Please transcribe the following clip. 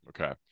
okay